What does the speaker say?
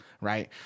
Right